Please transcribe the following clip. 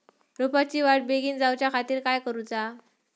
रोपाची वाढ बिगीन जाऊच्या खातीर काय करुचा?